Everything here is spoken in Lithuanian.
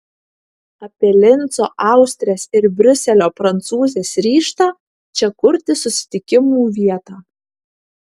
apie linco austrės ir briuselio prancūzės ryžtą čia kurti susitikimų vietą